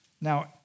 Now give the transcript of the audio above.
Now